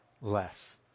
less